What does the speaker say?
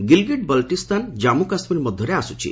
ଗିଲଗିଟ୍ ବଲଟିସ୍ଥାନ ଜାମ୍ମୁ କାଶ୍ମୀର ମଧ୍ୟରେ ଆସୁଛି